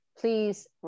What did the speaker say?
Please